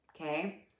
Okay